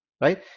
right